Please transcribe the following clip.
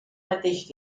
mateix